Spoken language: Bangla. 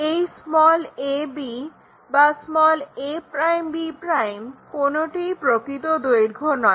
এই ab বা a'b' কোনোটিই প্রকৃত দৈর্ঘ্য নয়